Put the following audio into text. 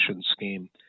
scheme